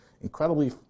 incredibly